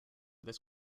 this